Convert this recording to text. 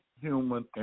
Human